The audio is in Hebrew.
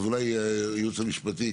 הייעוץ המשפטי,